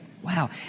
Wow